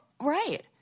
Right